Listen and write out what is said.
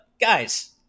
Guys